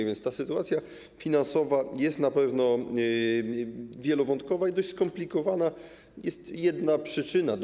A więc ta sytuacja finansowa jest na pewno wielowątkowa i dość skomplikowane jest podanie jednej przyczyny.